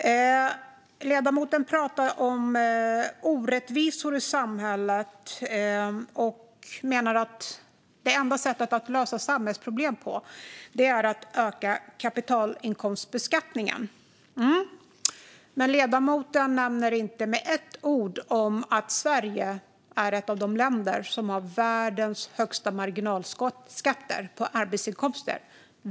Ledamoten pratar om orättvisor i samhället och menar att det enda sättet att lösa samhällsproblem på är att öka kapitalinkomstbeskattningen. Men ledamoten nämner inte med ett enda ord att Sverige är ett av de länder som har världens högsta marginalskatter på arbetsinkomster.